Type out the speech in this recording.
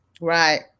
right